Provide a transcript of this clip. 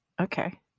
Okay